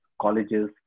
colleges